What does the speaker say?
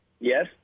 Yes